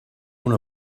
una